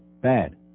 bad